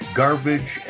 garbage